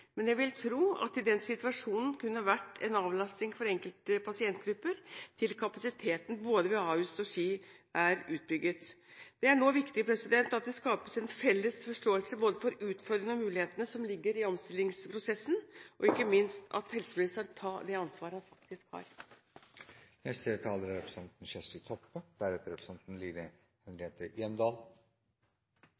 men jeg vil tro at det i denne situasjonen kunne vært en avlastning for enkelte pasientgrupper fram til kapasiteten ved både Ahus og Ski er utbygget. Det er nå viktig at det skapes en felles forståelse både for utfordringene og for mulighetene som ligger i omstillingsprosessen, og ikke minst at helseministeren tar det ansvaret han faktisk har.